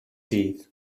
dydd